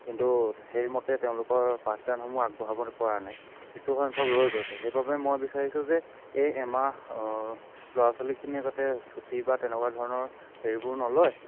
কিন্তু সেইমতে তেওঁলোকৰ পাঠদানসমূহ আগবঢ়াবপৰা নাই কিছু সংখ্যক ৰৈ গৈছে সেইবাবে মই বিচাৰিছোঁ যে এই এমাহ ল'ৰা ছোৱালীখিনিয়ে যাতে ছুটী বা তেনেকুৱা ধৰণৰ হেৰিবোৰ নলয়